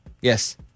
Yes